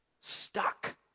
stuck